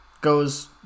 goes